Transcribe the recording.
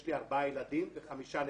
לי ארבעה ילדים וחמישה נכדים.